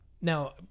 now